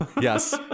yes